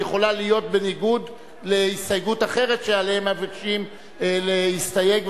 היא יכולה להיות בניגוד להסתייגות אחרת שמבקשים להסתייג,